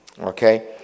Okay